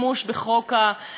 אפשר היה לעשות את זה אחרת.